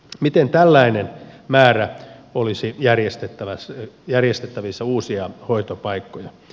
miten tällainen määrä olisi järjestettävissä uusia hoitopaikkoja